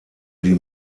die